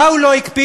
מה הוא לא הקפיא?